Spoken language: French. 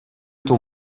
ton